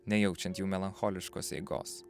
nejaučiant jų melancholiškos eigos